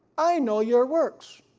i know your works.